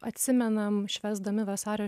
atsimenam švęsdami vasario